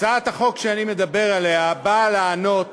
הצעת החוק שאני מדבר עליה באה לענות